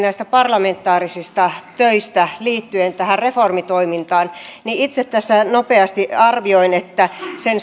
parlamentaarisista töistä liittyen tähän reformitoimintaan itse tässä nopeasti arvioin että sen